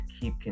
keep